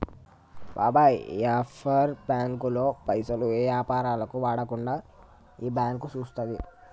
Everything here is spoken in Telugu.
బాబాయ్ ఈ ఆఫ్షోర్ బాంకుల్లో పైసలు ఏ యాపారాలకు వాడకుండా ఈ బాంకు సూత్తది